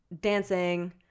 dancing